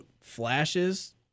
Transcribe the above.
flashes